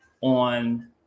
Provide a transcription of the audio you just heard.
on